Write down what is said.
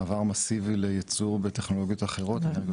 מעבר מסיבי לייצור בטכנולוגיות אחרות אנרגיות